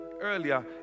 earlier